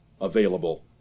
available